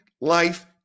life